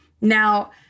Now